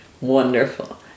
Wonderful